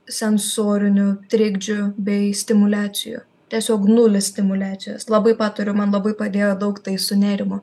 sensorinių trikdžių bei stimuliacijų tiesiog nulis stimuliacijos labai patariu man labai padėjo daug tai su nerimu